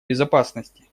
безопасности